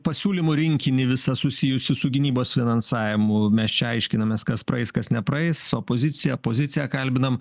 pasiūlymų rinkinį visą susijusi su gynybos finansavimu mes čia aiškinamės kas praeis kas nepraeis opoziciją poziciją kalbinam